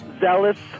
zealous